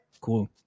Cool